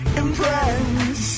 impress